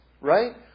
right